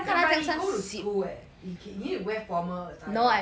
eh but he go to school eh he he need to wear formal attire right